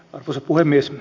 arvoisa puhemies